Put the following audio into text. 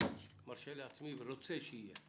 רוצה שיהיה הדיון.